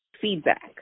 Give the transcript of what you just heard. feedback